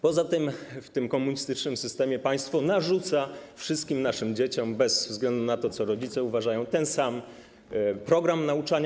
Poza tym w tym komunistycznym systemie państwo narzuca wszystkim naszym dzieciom bez względu na to, co rodzice uważają, ten sam program nauczania.